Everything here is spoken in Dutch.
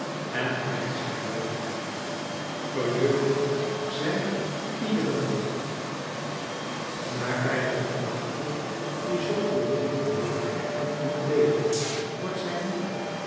en blijft zij jeugdig verjeugdigt zij iederen dachte die zoo veel weten wil en ontleden wordt zij moe